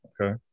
okay